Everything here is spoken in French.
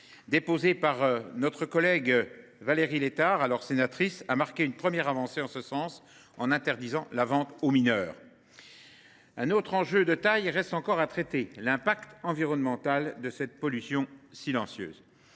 déposée par Valérie Létard, alors sénatrice, a marqué une première avancée, en interdisant la vente aux mineurs. Un autre enjeu, de taille, reste encore à traiter : les conséquences environnementales de cette pollution silencieuse.